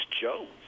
Jones